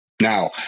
Now